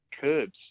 curbs